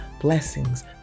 blessings